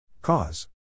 Cause